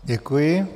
Děkuji.